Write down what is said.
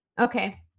Okay